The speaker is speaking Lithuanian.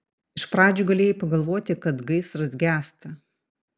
iš pradžių galėjai pagalvoti kad gaisras gęsta